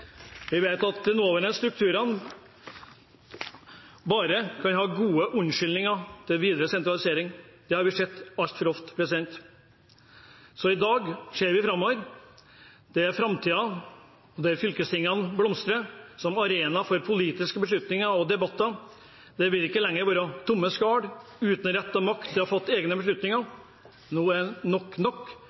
Vi vet at de nåværende strukturene bare gir gode unnskyldninger for videre sentralisering. Det har vi sett altfor ofte. I dag ser vi framover – til en framtid der fylkestingene blomstrer, som arenaer for politiske beslutninger og debatter. De vil ikke lenger være tomme skall uten rett og makt til å fatte egne beslutninger. Nok er nok.